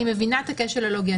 אני מבינה את הכשל הלוגי,